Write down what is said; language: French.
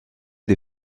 des